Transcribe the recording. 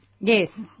Yes